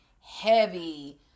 heavy